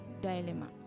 dilemma